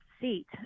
seat